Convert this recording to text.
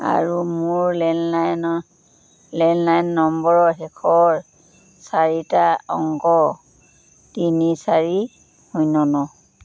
আৰু মোৰ লেণ্ডলাইন নম্বৰৰ শেষৰ চাৰিটা অংক তিনি চাৰি শূন্য ন